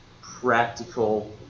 practical